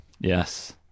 yes